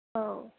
औ